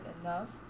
enough